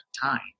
time